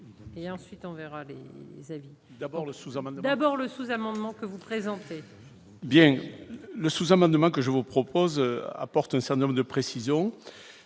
et ensuite on verra d'abord le sous-hommes d'abord le sous-amendement que vous présentez. Bien le sous-amendement que je vous propose, apporte un certain nombre de précisions,